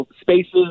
spaces